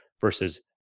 versus